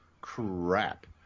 crap